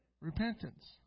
Repentance